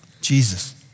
Jesus